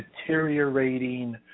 deteriorating